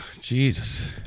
Jesus